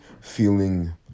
feeling